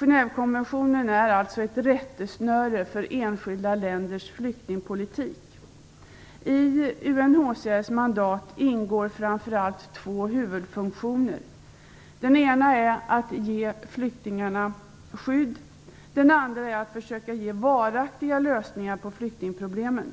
Genèvekonventionen är alltså ett rättesnöre för enskilda länders flyktingpolitik. I UNHCR:s mandat ingår framför allt två huvudfunktioner. Den ena är att ge flyktingarna skydd, och den andra är att försöka ge varaktiga lösningar på flyktingproblemen.